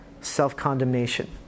self-condemnation